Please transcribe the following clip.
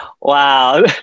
Wow